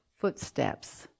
footsteps